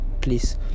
please